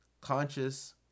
conscious